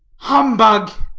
humbug!